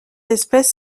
espèce